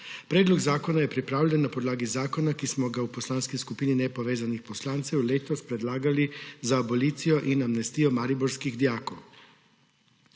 Predlog zakona je pripravljen na podlagi zakona, ki smo ga v Poslanski skupini nepovezanih poslancev letos predlagali za abolicijo in amnestijo mariborskih dijakov.